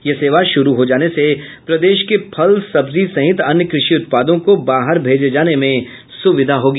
यह सेवा शुरू हो जाने से प्रदेश के फल सब्जी सहित अन्य कृषि उत्पादों को बाहर भेजे जाने में सुविधा होगी